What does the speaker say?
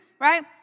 right